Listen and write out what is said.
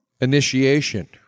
Initiation